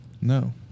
No